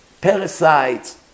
Parasites